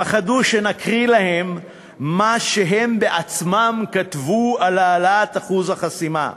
פחדו שנקריא להם מה שהם בעצמם כתבו על העלאת אחוז החסימה.